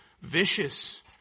vicious